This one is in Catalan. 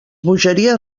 bogeries